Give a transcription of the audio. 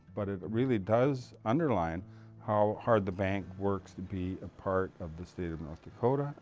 but it really does underline how hard the bank works to be a part of the state of north dakota,